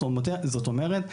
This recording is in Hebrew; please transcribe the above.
זאת אומרת,